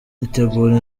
itegura